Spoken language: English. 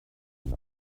and